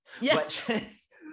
Yes